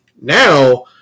Now